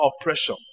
oppression